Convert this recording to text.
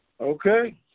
Okay